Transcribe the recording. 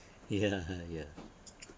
ya ya